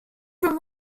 from